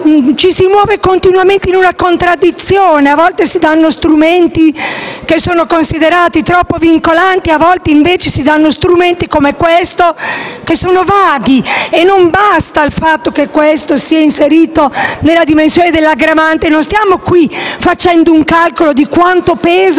ci si muove continuamente in maniera contraddittoria: a volte si danno strumenti che sono considerati troppo vincolanti e, a volte, invece, si danno strumenti, come questo, troppo vaghi. Non basta che sia inserito nella dimensione dell'aggravante. Non stiamo facendo un calcolo di quanto pesa